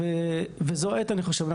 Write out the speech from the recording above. וזו העת אני חושב,